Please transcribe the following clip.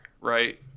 right